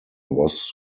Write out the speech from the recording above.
was